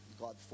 God